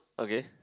okay